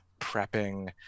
prepping